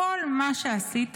כל מה שעשית